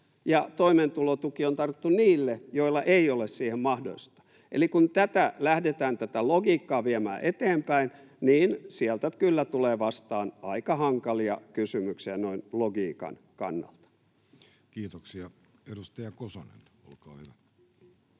ja toimeentulotuki on tarkoitettu niille, joilla ei ole siihen mahdollisuutta. Eli kun tätä logiikkaa lähdetään viemään eteenpäin, niin sieltä kyllä tulee vastaan aika hankalia kysymyksiä noin logiikan kannalta. Kiitoksia. — Edustaja Kosonen, olkaa hyvä.